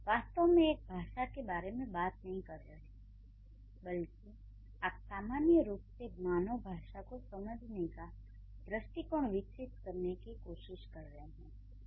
आप वास्तव में एक भाषा के बारे में बात नहीं कर रहे हैं बल्कि आप सामान्य रूप से मानव भाषा को समझने का दृष्टिकोण विकसित करने की कोशिश कर रहे हैं